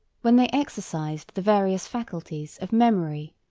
when they exercised the various faculties of memory,